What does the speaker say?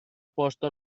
posto